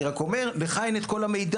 אני רק אומר שלך אין את כל המידע,